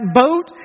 boat